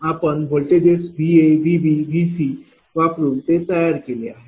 आपण voltages VA VBVCवापरुन ते तयार केले आहे